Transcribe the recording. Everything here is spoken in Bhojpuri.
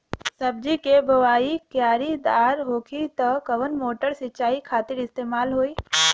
सब्जी के बोवाई क्यारी दार होखि त कवन मोटर सिंचाई खातिर इस्तेमाल होई?